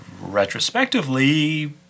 retrospectively